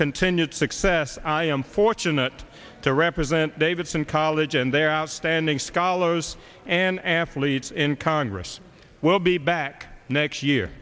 continued success i am fortunate to represent davidson college and their outstanding scholars an athlete in congress we'll be back next year